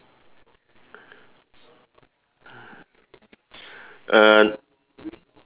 uh